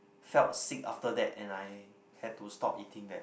felt sick after that and I had to stop eating that